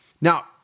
Now